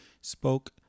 spoke